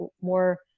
more